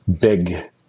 big